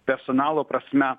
personalo prasme